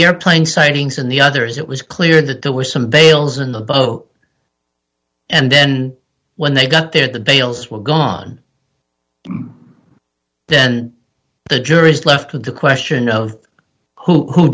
airplane sightings and the others it was clear that there were some bales in the boat and then when they got there the bales were gone then the jury is left with the question of who